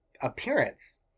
appearance